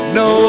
no